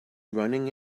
running